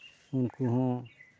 ᱩᱱᱠᱩ ᱦᱚᱸ